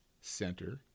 center